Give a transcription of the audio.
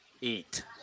Eat